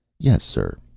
yes, sir.